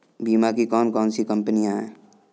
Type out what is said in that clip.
बीमा की कौन कौन सी कंपनियाँ हैं?